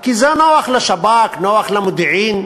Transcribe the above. כי זה נוח לשב"כ, נוח למודיעין,